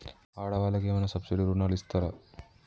ఆడ వాళ్ళకు ఏమైనా సబ్సిడీ రుణాలు ఇస్తారా?